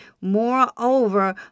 Moreover